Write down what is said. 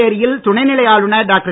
புதுச்சேரியில் துணைநிலை ஆளுனர் டாக்டர்